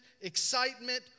excitement